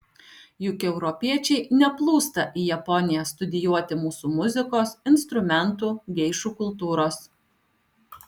juk europiečiai neplūsta į japoniją studijuoti mūsų muzikos instrumentų geišų kultūros